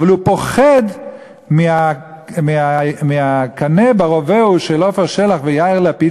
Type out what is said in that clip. אבל הוא פוחד מהקנה ברובה של עפר שלח ויאיר לפיד,